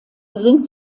sind